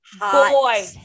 boy